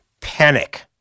Panic